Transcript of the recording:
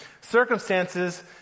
Circumstances